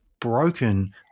broken